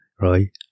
right